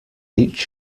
each